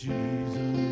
Jesus